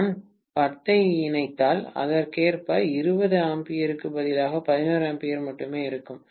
நான் 10 ஐ இணைத்தால் அதற்கேற்ப எனக்கு 20 A க்கு பதிலாக 11 A மட்டுமே இருக்கும்